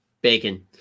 bacon